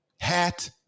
Hat